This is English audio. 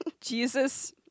Jesus